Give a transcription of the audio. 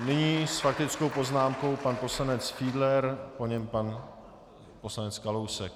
Nyní s faktickou poznámkou pan poslanec Fiedler, po něm pan poslanec Kalousek.